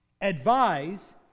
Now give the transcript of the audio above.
advise